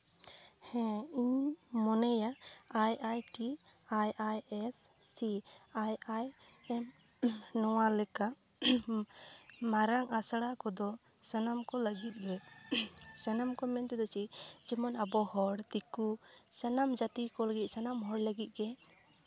ᱦᱮᱸ ᱤᱧ ᱢᱚᱱᱮᱭᱟ I I T I I S C I I M ᱱᱚᱣᱟ ᱞᱮᱠᱟ ᱢᱟᱨᱟᱝ ᱟᱥᱲᱟ ᱠᱚᱫᱚ ᱥᱟᱱᱟᱢ ᱠᱚ ᱞᱟᱹᱜᱤᱫ ᱜᱮ ᱥᱟᱱᱟᱢ ᱠᱚ ᱢᱮᱱ ᱛᱮᱫᱚ ᱪᱮᱫ ᱡᱮᱢᱚᱱ ᱟᱵᱚ ᱦᱚᱲ ᱫᱤᱠᱩ ᱥᱟᱱᱟᱢ ᱡᱟᱹᱛᱤ ᱠᱚ ᱞᱟᱹᱜᱤᱫ ᱥᱟᱱᱟᱢ ᱦᱚᱲ ᱠᱚ ᱞᱟᱹᱜᱤᱫ ᱜᱮ